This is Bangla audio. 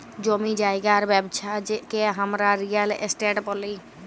জমি জায়গার ব্যবচ্ছা কে হামরা রিয়েল এস্টেট ব্যলি